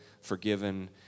forgiven